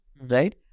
right